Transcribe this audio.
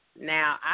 Now